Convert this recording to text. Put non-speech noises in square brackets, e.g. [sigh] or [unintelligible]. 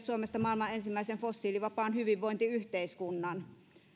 [unintelligible] suomesta maailman ensimmäisen fossiilivapaan hyvinvointiyhteiskunnan